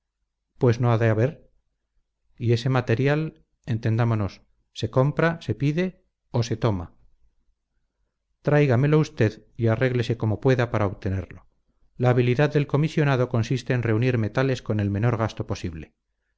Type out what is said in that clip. pues no ha de haber y ese material entendámonos se compra se pide o se toma tráigamelo usted y arréglese como pueda para obtenerlo la habilidad del comisionado consiste en reunir metales con el menor gasto posible